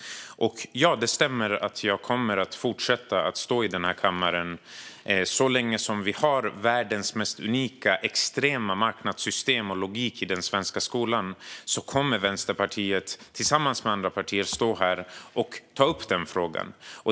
Ja, det stämmer att jag kommer att fortsätta att stå i den här kammaren och ta upp detta. Så länge vi har världens mest extrema marknadssystem och marknadslogik i den svenska skolan kommer Vänsterpartiet, tillsammans med andra partier, att stå här och ta upp frågan.